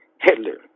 Hitler